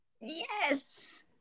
Yes